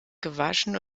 gewaschen